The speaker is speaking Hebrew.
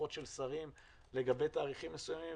הבטחות של שרים לגבי תאריכים מסוימים.